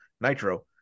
Nitro